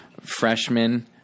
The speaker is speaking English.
freshman